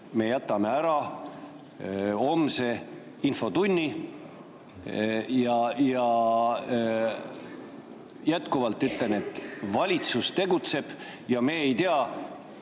me jätame ära homse infotunni. Veel kord ütlen, et valitsus tegutseb ja me ei tea,